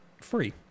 Free